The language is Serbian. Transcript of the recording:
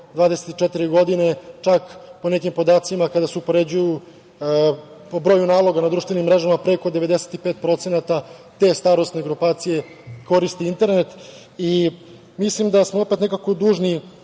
24 godine, čak po nekim podacima kada se upoređuju po naloga na društvenim mrežama, preko 95% te starosne grupacije koriste internet. Mislim da smo opet nekako dužni